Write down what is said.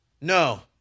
No